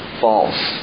false